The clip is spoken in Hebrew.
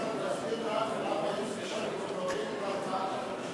להוריד את הצעת החוק למה משרד החינוך בעד משתמטים?